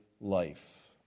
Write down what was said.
life